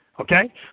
Okay